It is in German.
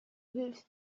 hilfst